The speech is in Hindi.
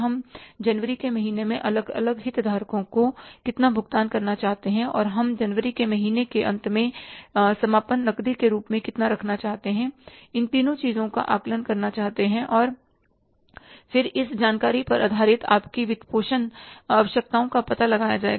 हम जनवरी के महीने में अलग अलग हितधारकों को कितना भुगतान करना चाहते हैं और हम जनवरी के महीने के अंत में समापन नकदी के रूप में कितना रखना चाहते हैं इन तीनों चीजों का आकलन करना आवश्यक है और फिर इस जानकारी पर आधारित आपकी वित्तपोषण आवश्यकताओं का पता लगाया जाएगा